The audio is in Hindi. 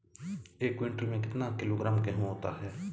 एक क्विंटल में कितना किलोग्राम गेहूँ होता है?